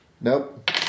Nope